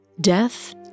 death